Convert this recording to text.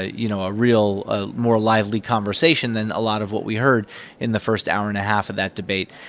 you know, a real a more lively conversation than a lot of what we heard in the first hour and a half of that debate.